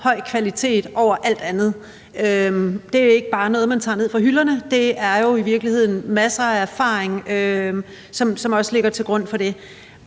høj kvalitet over alt andet. Det er jo ikke bare noget, som man tager ned fra hylderne, men der er jo i virkeligheden også masser af erfaring, som ligger til grund for det.